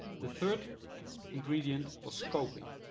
the third ingredient was scoping.